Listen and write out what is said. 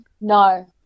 no